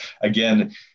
again